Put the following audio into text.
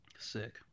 Sick